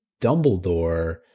Dumbledore